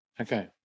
Okay